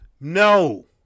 No